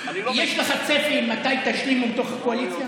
יש לך צפי מתי תשלימו בתוך הקואליציה?